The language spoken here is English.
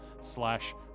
slash